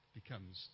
becomes